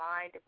Mind